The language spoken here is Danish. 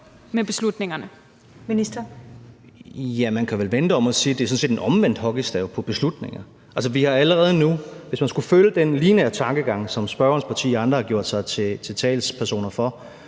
Jørgensen): Man kan vel vende det om og sige, at det sådan set er en omvendt hockeystav på beslutninger. Altså, hvis man skulle følge den lineære tankegang, som spørgerens parti og andre har gjort sig til talspersoner for,